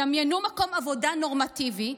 דמיינו מקום עבודה נורמטיבי.